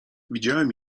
widziałem